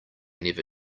never